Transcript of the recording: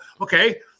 Okay